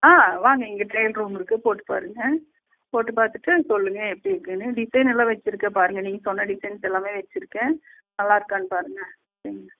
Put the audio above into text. ஆ வாங்க இங்கே trial room இருக்கு போட்டு பாருங்கள் போட்டு பார்த்துட்டு சொல்லுங்கள் எப்படி இருக்குனு டிசைன் எல்லாம் வச்சுருக்கேன் பாருங்கள் நீங்கள் சொன்ன டிசைன்ஸ் எல்லாம் வச்சுருக்கேன் நல்லா இருக்கானு பாருங்கள் ம்